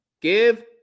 give